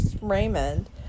Raymond